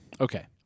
Okay